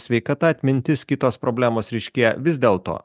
sveikata atmintis kitos problemos ryškėja vis dėl to